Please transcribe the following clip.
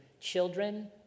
Children